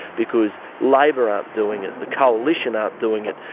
because labor aren't doing it, the coalition aren't doing it.